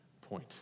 point